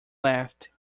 laughed